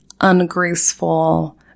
ungraceful